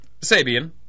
Sabian